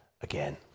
again